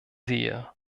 sehe